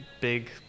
big